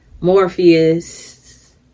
Morpheus